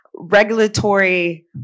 regulatory